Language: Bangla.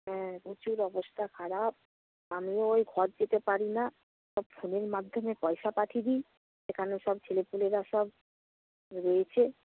হ্যাঁ প্রচুর অবস্থা খারাপ আমিও ওই ঘর যেতে পারি না ফোনের মাধ্যমে পয়সা পাঠিয়ে দিই সেখানে সব ছেলেপুলেরা সব রয়েছে